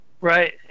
Right